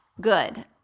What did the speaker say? good